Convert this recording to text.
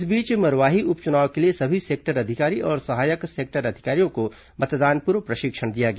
इस बीच मरवाही उपचुनाव के लिए सभी सेक्टर अधिकारी और सहायक सेक्टर अधिकारियों को मतदान पूर्व प्रशिक्षण दिया गया